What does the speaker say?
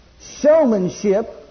showmanship